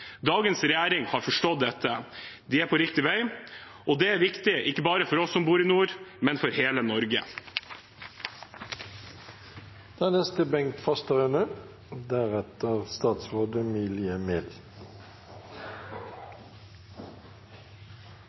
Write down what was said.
Dagens regjering har forstått dette. De er på riktig vei, og det er viktig ikke bare for oss som bor i nord, men for hele